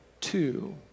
two